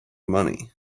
money